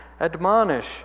admonish